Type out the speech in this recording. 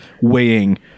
weighing